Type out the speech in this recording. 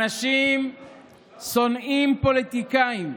אנשים שונאים פוליטיקאים,